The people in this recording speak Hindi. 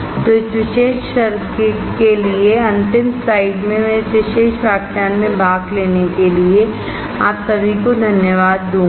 तो इस विशेष वर्ग के लिए अंतिम स्लाइड मैं इस विशेष व्याख्यान में भाग लेने के लिए आप सभी को धन्यवाद दूंगा